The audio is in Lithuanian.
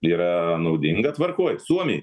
yra naudinga tvarkoj suomiai